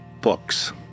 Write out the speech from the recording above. books